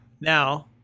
Now